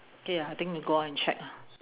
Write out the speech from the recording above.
K I think we go out and check lah